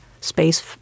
space